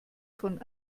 von